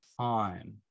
time